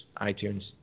iTunes